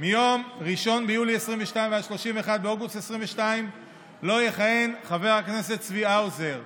מיום 1 ביולי 2022 ועד 31 באוגוסט 2022 לא יכהן חבר הכנסת צבי האוזר,